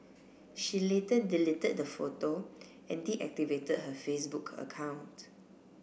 she later deleted the photo and deactivated her Facebook account